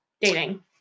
Dating